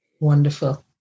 Wonderful